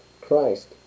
Christ